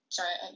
Sorry